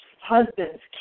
husbands